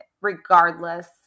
regardless